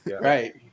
Right